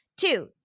Two